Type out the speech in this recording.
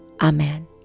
Amen